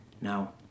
Now